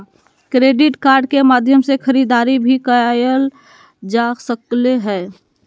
credit card के माध्यम से खरीदारी भी कायल जा सकले हें